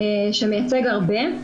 שמייצג הרבה.